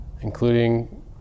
including